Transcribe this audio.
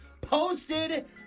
posted